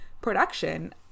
production